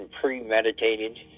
premeditated